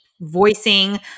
voicing